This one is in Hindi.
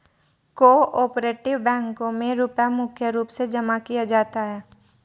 को आपरेटिव बैंकों मे रुपया मुख्य रूप से जमा किया जाता है